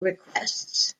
requests